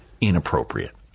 inappropriate